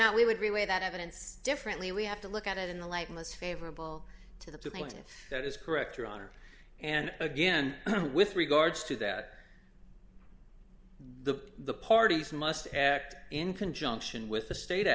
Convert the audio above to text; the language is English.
not we would be aware that evidence differently we have to look at it in the light most favorable to the point if that is correct your honor and again with regards to that the parties must act in conjunction with the state